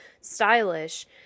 stylish